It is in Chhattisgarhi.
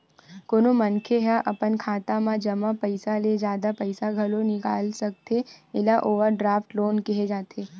कोनो मनखे ह अपन खाता म जमा पइसा ले जादा पइसा घलो निकाल सकथे एला ओवरड्राफ्ट लोन केहे जाथे